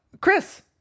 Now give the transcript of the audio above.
Chris